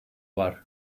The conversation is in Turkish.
var